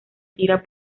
tira